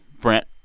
Brent